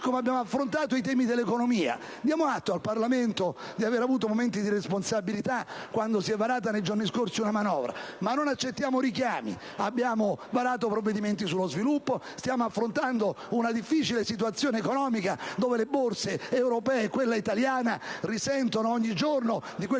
come abbiamo affrontato i temi dell'economia. Diamo atto al Parlamento di aver avuto momenti di responsabilità, quando si è varata nei giorni scorsi la manovra; ma non accettiamo richiami. Abbiamo varato provvedimenti sullo sviluppo e stiamo affrontando una difficile situazione economica, dove le borse europee e quella italiana risentono ogni giorno di quel